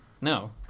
No